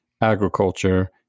agriculture